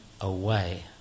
away